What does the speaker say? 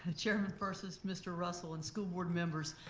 ah chairman purses, mr. russell and school board members.